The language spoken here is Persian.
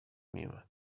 میومد